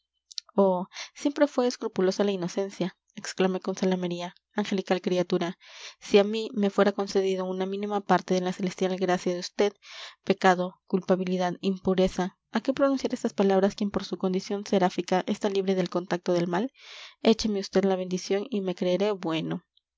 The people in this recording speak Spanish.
siempre fue escrupulosa la inocencia exclamé con zalamería angelical criatura si a mí me fuera concedido una mínima parte de la celestial gracia de vd pecado culpabilidad impureza a qué pronunciar estas palabras quien por su condición seráfica está libre del contacto del mal écheme usted la bendición y me creeré bueno